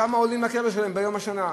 כמה עולים לקבר שלהם ביום השנה?